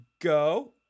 go